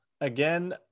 Again